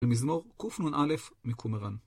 למזמור, קנא מקומרן.